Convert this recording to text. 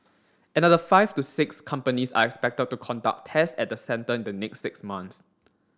another five to six companies are expected to conduct tests at the centre in the next six months